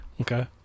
okay